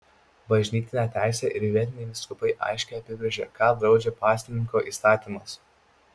bažnytinė teisė ir vietiniai vyskupai aiškiai apibrėžia ką draudžia pasninko įstatymas